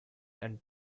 and